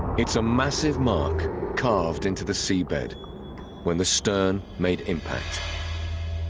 it's a massive mark carved into the seabed when the stern made impact